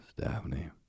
Daphne